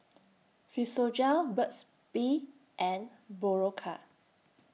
Physiogel Burt's Bee and Berocca